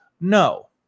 No